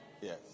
Yes